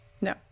no